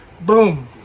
Boom